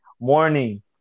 morning